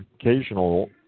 occasional